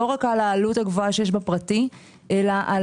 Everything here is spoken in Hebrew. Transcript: לא רק על העלות הגבוהה שיש בפרטי, אלא על